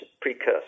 precursor